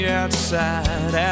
outside